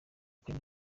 gukora